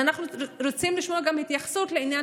אנחנו רוצים לשמוע התייחסות גם לעניין